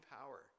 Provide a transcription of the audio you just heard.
power